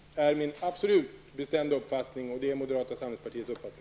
Det är min och moderata samlingspartiets absolut bestämda uppfattning.